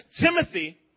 Timothy